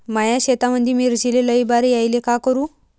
माया शेतामंदी मिर्चीले लई बार यायले का करू?